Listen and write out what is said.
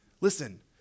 Listen